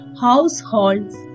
households